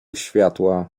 światła